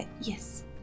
yes